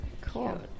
cool